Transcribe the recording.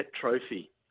trophy